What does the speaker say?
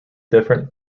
different